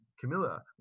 camilla